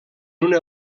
una